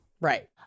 Right